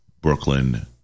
Brooklyn